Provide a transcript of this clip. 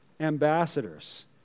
Ambassadors